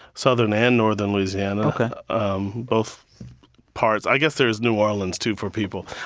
southern and northern louisiana ok um both parts. i guess there is new orleans, too, for people,